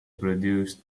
produced